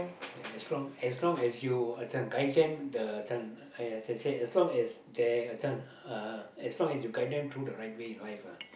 there as long as long as you can guide them the this one as I say as long as like I say as long as you guide them through the right way in life lah